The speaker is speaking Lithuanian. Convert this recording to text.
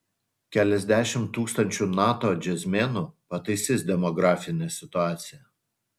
keliasdešimt tūkstančių nato džiazmenų pataisys demografinę situaciją